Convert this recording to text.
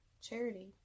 charity